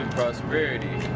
prosperity.